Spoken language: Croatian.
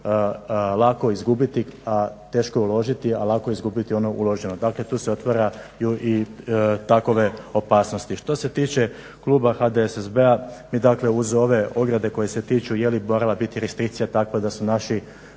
lako izgubiti, a teško je uložiti, a lako je izgubiti ono uloženo. Dakle tu se otvaraju i takve opasnosti. Što se tiče kluba HDSSB-a mi dakle uz ove ograde koje se tiču jeli morala biti restrikcija takva da su ova